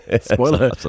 spoiler